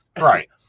Right